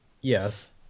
Yes